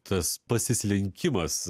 tas pasislinkimas